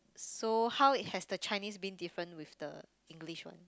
so how it has the Chinese been different with the English one